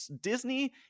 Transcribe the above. Disney